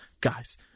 guys